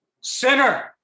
sinner